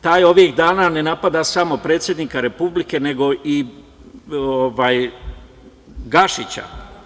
Taj ovih dana ne napada samo predsednika Republike nego i Gašića.